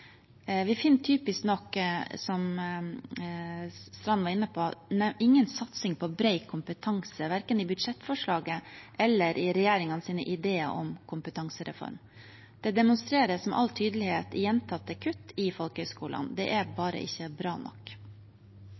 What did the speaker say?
Vi finner typisk nok, som representanten Knutsdatter Strand var inne på, ingen satsing på bred kompetanse, verken i budsjettforslaget eller i regjeringens ideer om kompetansereform. Det demonstreres med all tydelighet gjentatte kutt til folkehøyskolene. Det er bare ikke bra nok.